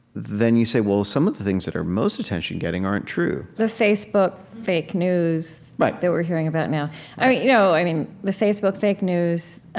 then you say, well, some of the things that are most attention-getting aren't true the facebook fake news like that we're hearing about now right you know i mean, the facebook fake news